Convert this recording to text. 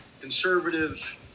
conservative